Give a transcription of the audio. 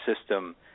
system